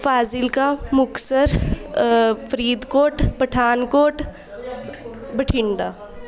Fazilka Muktsar Faridkot Pathankot Bathinda